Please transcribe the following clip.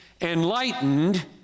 enlightened